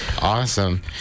Awesome